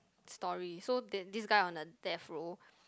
story so then this guy on a death row